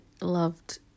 loved